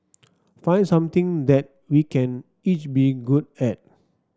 find something that we can each be good at